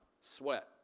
sweat